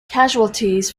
casualties